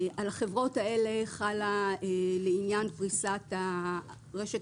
על החברות האלה חלה לעניין פריסת רשת